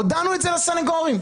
הודענו את זה לסנגורים.